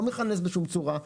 לא מכנס בשום צורה.